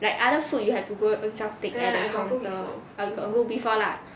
like other food you have to go own self take at the counter [one] orh got go before lah